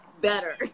better